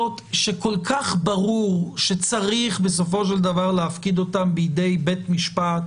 שכל כך ברור שצריך בסופו של דבר להפקיד אותם בידי בית משפט